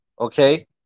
okay